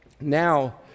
now